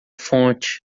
fonte